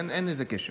אין לזה קשר.